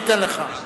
ניתן לך.